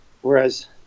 Whereas